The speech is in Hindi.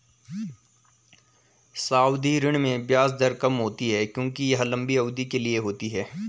सावधि ऋण में ब्याज दर कम होती है क्योंकि यह लंबी अवधि के लिए होती है